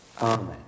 Amen